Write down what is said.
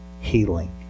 healing